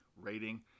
rating